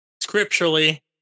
Scripturally